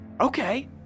Okay